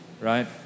right